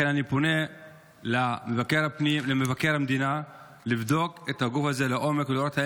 לכן אני פונה למבקר המדינה לבדוק את הגוף הזה לעומק ולראות אם